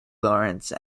lawrence